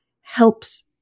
helps